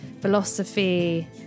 philosophy